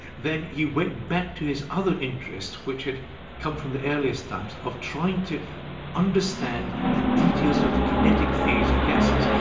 then he went back to his other interests, which had come from the earliest times, of trying to understand the details of the kinetic theories of gases.